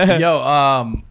Yo